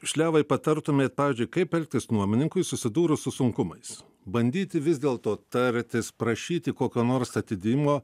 šliavai patartumėt pavyzdžiui kaip elgtis nuomininkui susidūrus su sunkumais bandyti vis dėl to tartis prašyti kokio nors atidijmo